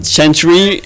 century